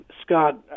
Scott